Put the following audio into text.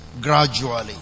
gradually